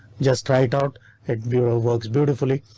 just write out at bureau works beautifully.